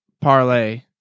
parlay